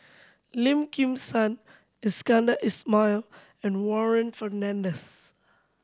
Lim Kim San Iskandar Ismail and Warren Fernandez